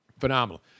Phenomenal